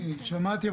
שמעתי,